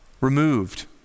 removed